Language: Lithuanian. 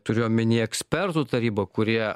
turiu omenyje ekspertų tarybą kurie